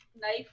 knife